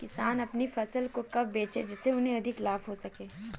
किसान अपनी फसल को कब बेचे जिसे उन्हें अधिक लाभ हो सके?